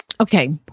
Okay